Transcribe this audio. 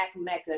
Mecca